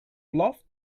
blaft